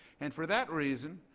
and for that reason,